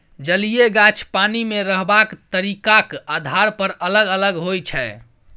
जलीय गाछ पानि मे रहबाक तरीकाक आधार पर अलग अलग होइ छै